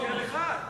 אחד.